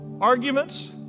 arguments